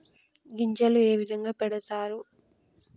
గింజలు ఏ విధంగా పెడతారు?